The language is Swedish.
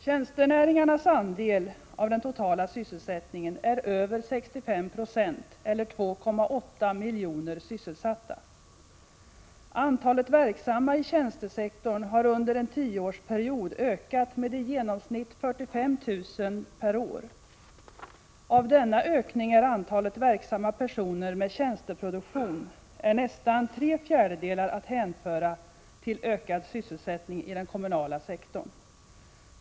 Tjänstenäringarnas andel av den totala sysselsättningen är över 65 96 eller 2,8 miljoner sysselsatta. Antalet verksamma i tjänstesektorn har under en tioårsperiod ökat med i genomsnitt 45 000 per år. Av denna ökning av antalet verksamma personer med tjänsteproduktion är nästan tre fjärdedelar att hänföra till ökad sysselsättning i den kommunala sektorn.